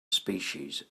species